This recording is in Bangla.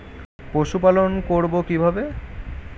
পশুপালন করব কিভাবে?